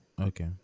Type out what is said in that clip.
Okay